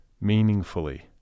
meaningfully